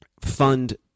fund